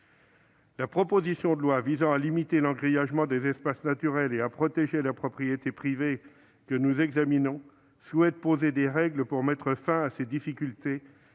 La proposition de loi visant à limiter l'engrillagement des espaces naturels et à protéger la propriété privée que nous examinons tend à poser des règles pour mettre fin à ces difficultés,